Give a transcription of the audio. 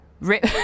Rip